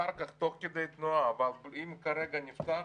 אחר כך, תוך כדי תנועה אבל אם כרגע נפתח,